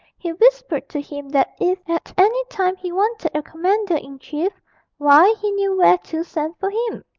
he whispered to him that if at any time he wanted a commander-in-chief, why, he knew where to send for him.